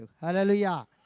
Hallelujah